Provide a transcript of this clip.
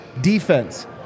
Defense